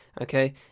Okay